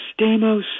Stamos